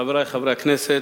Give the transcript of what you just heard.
חברי חברי הכנסת,